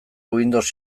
windows